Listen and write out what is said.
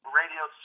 radio